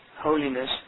holiness